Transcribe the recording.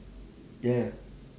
ya ya